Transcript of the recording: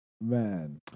Man